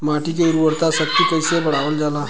माटी के उर्वता शक्ति कइसे बढ़ावल जाला?